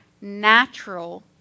natural